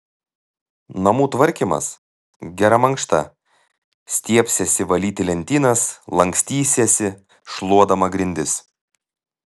namų tvarkymas gera mankšta stiebsiesi valyti lentynas lankstysiesi šluodama grindis